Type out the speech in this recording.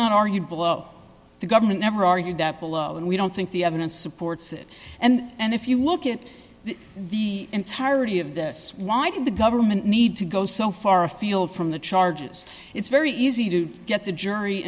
not argued below the government never argue that below and we don't think the evidence supports it and if you look at the entirety of this why did the government need to go so far afield from the charges it's very easy to get the jury